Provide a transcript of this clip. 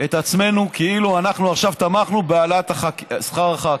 את עצמנו כאילו אנחנו עכשיו תמכנו בהעלאת שכר הח"כים.